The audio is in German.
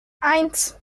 eins